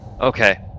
Okay